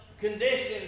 conditions